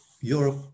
Europe